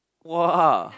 !wah!